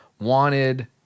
wanted